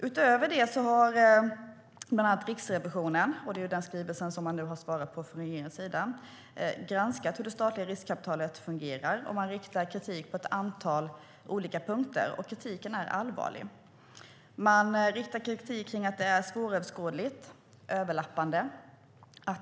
Utöver det har bland annat Riksrevisionen i den skrivelse som man nu svarat på från regeringens sida granskat hur det statliga riskkapitalet fungerar. Man riktar kritik på ett antal olika punkter, och kritiken är allvarlig. Man riktar kritik om att det är svåröverskådligt och överlappande.